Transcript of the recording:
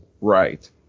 right